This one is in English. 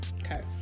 Okay